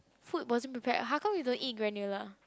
food wasn't prepared how come you don't eat granola